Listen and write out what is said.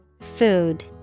Food